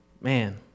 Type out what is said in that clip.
man